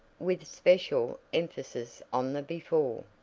with special emphasis on the before.